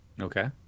Okay